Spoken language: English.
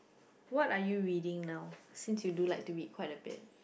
what are you reading now since you do like to read quite a bit